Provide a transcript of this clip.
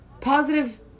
positive